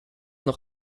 noch